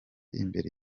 imbere